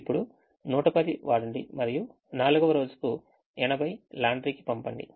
ఇప్పుడు 110 వాడండి మరియు నాల్గవ రోజుకు 80 లాండ్రీకి పంపండి